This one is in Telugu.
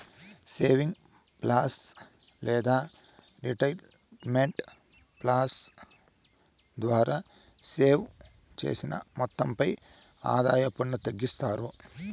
సేవింగ్స్ ప్లాన్ లేదా రిటైర్మెంట్ ప్లాన్ ద్వారా సేవ్ చేసిన మొత్తంపై ఆదాయ పన్ను తగ్గిస్తారు